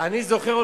אני זוכר,